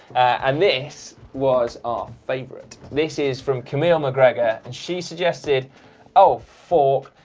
and this was our favourite. this is from camille mcgregor and she suggested oh fork,